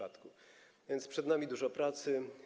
A więc przed nami dużo pracy.